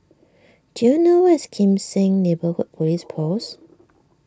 do you know where is Kim Seng Neighbourhood Police Post